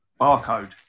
Barcode